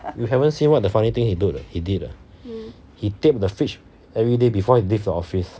you haven't see what the funny thing he do ah he did ah he tape the fridge every day before he leave the office